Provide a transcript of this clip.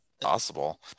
Possible